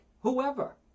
whoever